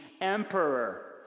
emperor